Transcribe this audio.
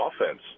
offense